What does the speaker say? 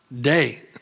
day